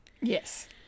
Yes